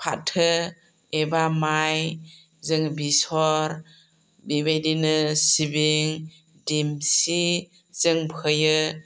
फाथो एबा माइ जों बेसर बेबायदिनो सिबिं देमसि जों फोयो